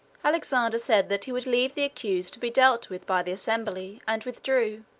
alexander said that he would leave the accused to be dealt with by the assembly, and withdrew.